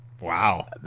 Wow